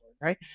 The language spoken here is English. right